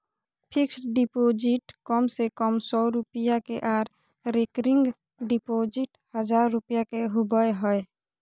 fixed deposit कम से कम सौ रुपया के आर रेकरिंग डिपॉजिट हजार रुपया के होबय हय